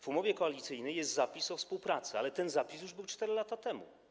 W umowie koalicyjnej jest zapis o współpracy, ale ten zapis był już 4 lata temu.